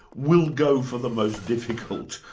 will go for the most difficult,